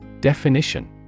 Definition